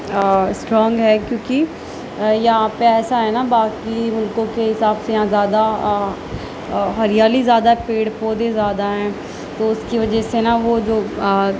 strong ہے کیوں کہ یہاں پہ ایسا ہے نا باقی ملکوں کے حساب سے یہاں زیادہ ہریالی زیادہ پیڑ پودے زیادہ ہیں تو اس کی وجہ سے نا جو